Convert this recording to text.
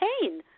pain